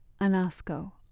Anasco